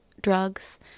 drugs